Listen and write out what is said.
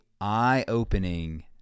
eye-opening